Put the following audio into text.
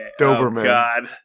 doberman